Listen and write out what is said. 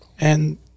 and-